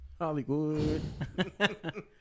Hollywood